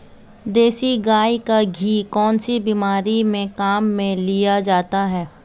देसी गाय का घी कौनसी बीमारी में काम में लिया जाता है?